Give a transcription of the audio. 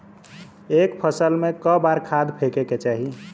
एक फसल में क बार खाद फेके के चाही?